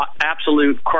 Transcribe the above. absolute